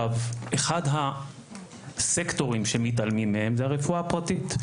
אחד הסקטורים שמתעלמים ממנו הוא הרפואה הפרטית.